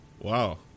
Wow